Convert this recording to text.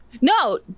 No